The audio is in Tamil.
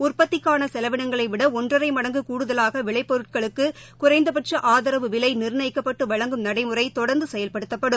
உற்பத்திக்கான செலவினங்களைவிட ஒன்றரை மடங்கு கூடுதலாக விளைப்பொருட்களுக்கு குறைந்தபட்ச ஆதரவு விலை நிர்ணயிக்கப்பட்டு வழங்கும் நடைமுறை தொடர்ந்து செயல்படுத்தப்படும்